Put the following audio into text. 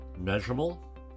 measurable